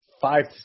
five